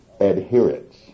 adherents